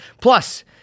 Plus